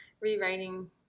rewriting